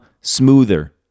smoother